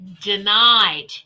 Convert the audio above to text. denied